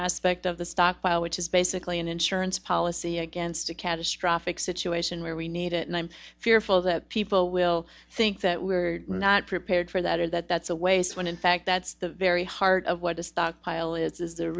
aspect of the stockpile which is basically an insurance policy against a catastrophic situation where we need it and i'm fearful that people will think that we're not prepared for that or that that's a waste when in fact that's the very heart of what the stockpile is